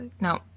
No